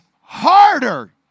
harder